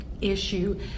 issue